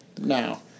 now